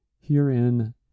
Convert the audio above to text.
Herein